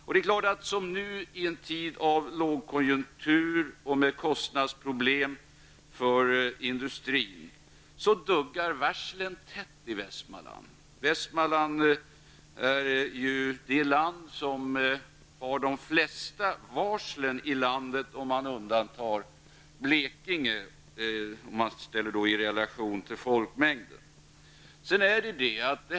Så nu i tider av lågkonjunktur och med kostnadsproblem för industrin duggar varslen tätt i Västmanlands län. Västmanland är ju det län där man har haft flest varsel i landet i relation till folkmängden, med undantag av Blekinge.